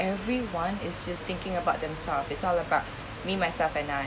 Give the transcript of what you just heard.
everyone is just thinking about themselves it's all about me myself and I